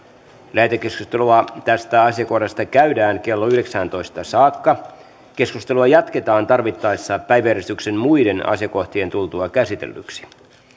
lähetekeskustelua tästä asiakohdasta käydään kello yhdeksääntoista saakka keskustelua jatketaan tarvittaessa päiväjärjestyksen muiden asiakohtien tultua käsitellyiksi